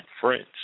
friends